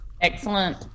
Excellent